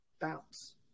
bounce